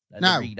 Now